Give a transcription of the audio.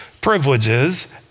privileges